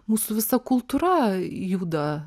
mūsų visa kultūra juda